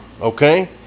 Okay